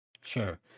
Sure